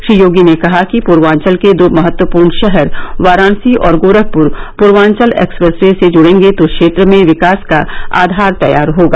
श्री योगी ने कहा कि पूर्वांचल के दो महत्वपूर्ण शहर वाराणसी और गोरखपुर पूर्वांचल एक्सप्रेस वे से जूड़ेंगे तो क्षेत्र में विकास का आधार तैयार होगा